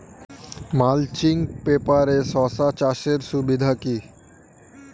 Mulching পেপারে শসা চাষের সুবিধা কি?